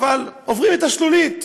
אבל עוברים את השלולית.